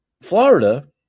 Florida